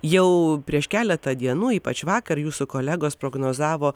jau prieš keletą dienų ypač vakar jūsų kolegos prognozavo